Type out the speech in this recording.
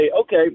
okay